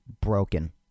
broken